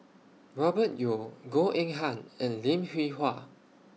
Robert Yeo Goh Eng Han and Lim Hwee Hua